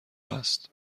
است